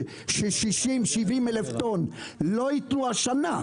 של 70,000-60,000 טון לא ייטעו השנה,